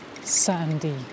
sandy